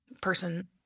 person